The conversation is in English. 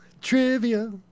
trivia